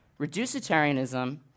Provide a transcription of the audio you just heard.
Reducitarianism